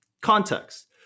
context